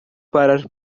parar